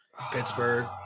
Pittsburgh